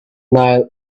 nile